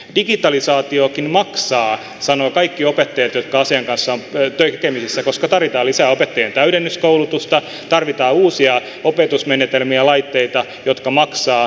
digitalisaatiokin maksaa sanovat kaikki opettajat jotka asian kanssa ovat tekemisissä koska tarvitaan lisää opettajien täydennyskoulutusta tarvitaan uusia opetusmenetelmiä ja laitteita jotka maksavat